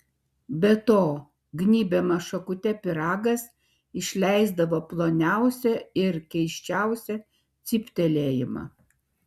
be to gnybiamas šakute pyragas išleisdavo ploniausią ir keisčiausią cyptelėjimą